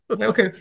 Okay